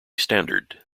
standard